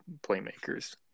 playmakers